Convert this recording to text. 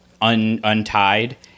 untied